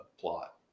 plot